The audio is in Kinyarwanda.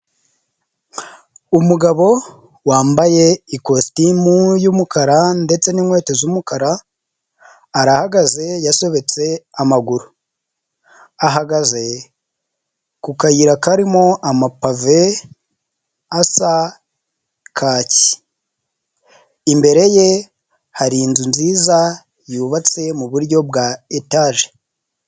Umugabo wambaye ikositimu y'umukara ndetse n'inkweto z'umukara, arahagaze yasobetse amaguru. Ahagaze ku kayira karimo ama pave asa kaki. Imbere ye hari inzu nziza yubatse mu buryo bwa etaje.